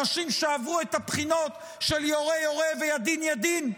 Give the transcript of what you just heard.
נשים שעברו את הבחינות של יורה יורה וידין ידין.